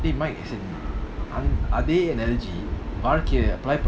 as in are they analogy வாழ்க்கைய:vazhkaya